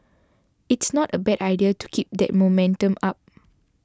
it's not a bad idea to keep that momentum up